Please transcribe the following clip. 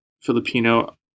Filipino